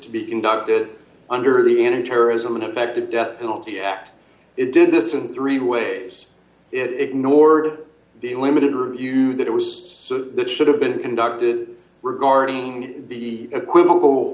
to be conducted under the end of terrorism an effective death penalty act it did this in three ways it ignored the limited review that it was so that should have been conducted were guarding the equivocal